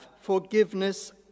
forgiveness